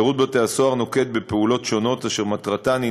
שירות בתי-הסוהר נוקט פעולות שונות אשר מטרתן היא